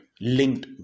linked